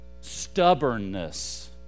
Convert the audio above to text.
Stubbornness